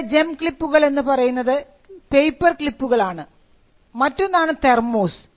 ഇവിടെ ജെം ക്ലിപ്പുകൾ എന്ന് പറയുന്നത് പേപ്പർ ക്ലിപ്പുകൾ ആണ് മറ്റൊന്നാണ് തെർമോസ്